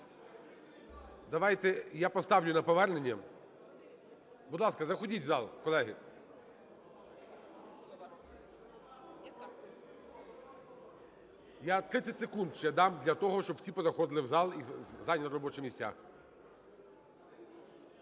Давайте я поставлю на повернення. Будь ласка, заходьте в зал, колеги. Я 30 секунд ще дам для того, щоб всі позаходили в зал і зайняли робочі місця.